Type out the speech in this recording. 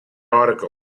article